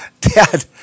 Dad